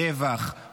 טבח,